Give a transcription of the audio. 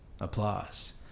applause